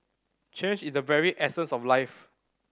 change is the very essence of life